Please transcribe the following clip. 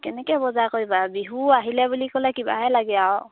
কেনেকৈ বজাৰ কৰিবা বিহু আহিলে বুলি ক'লে কিবাহে লাগে আৰু